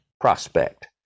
prospect